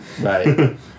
Right